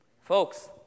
Folks